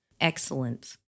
Excellent